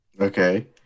Okay